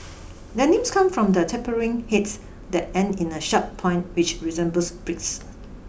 their names comes from their tapering heads that end in a sharp point which resembles beaks